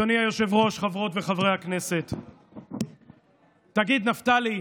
אדוני היושב-ראש, חברות וחברי הכנסת, תגיד, נפתלי,